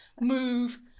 Move